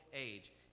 age